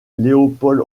léopold